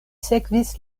sekvis